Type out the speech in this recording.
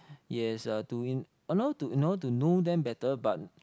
yes is a doing in order in order to know them better but